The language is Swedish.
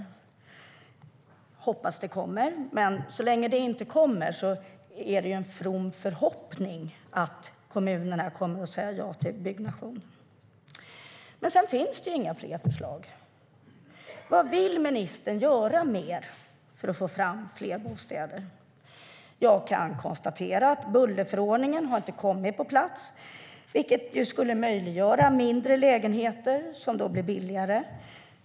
Jag hoppas att det kommer. Men så länge det inte kommer är det en from förhoppning att kommunerna kommer att säga ja till byggnation. Sedan finns det inga fler förslag. Vad mer vill ministern göra för att få fram fler bostäder? Jag kan konstatera att bullerförordningen inte har kommit på plats. Den skulle möjliggöra mindre lägenheter som blir billigare.